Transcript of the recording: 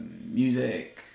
music